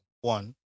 One